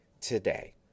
today